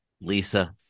Lisa